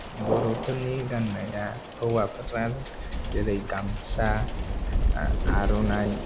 बर'फोरनि गान्नाया हौवफोरना जेरै गामसा आर'नाइ